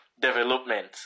development